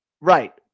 right